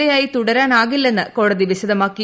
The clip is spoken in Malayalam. എ ആയി തുടരാനാകില്ലെന്ന് കോടതി വിശദമാക്കി